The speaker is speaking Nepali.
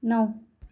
नौ